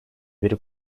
bir